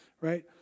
Right